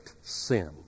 sin